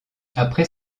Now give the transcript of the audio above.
après